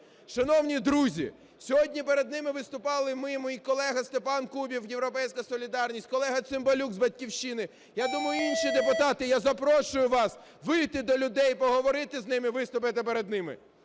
Шановні друзі, сьогодні перед ними виступали ми і мої колеги Степан Кубів – "Європейська солідарність", колега Цимбалюк з "Батьківщини". Я думаю, і інші депутати. Я запрошую вас вийти до людей і поговорити з ними, виступити перед ними.